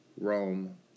Rome